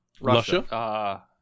Russia